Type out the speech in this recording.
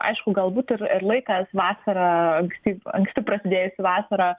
aišku galbūt ir ir laikas vasara anksti anksti prasidėjusi vasara